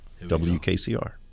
WKCR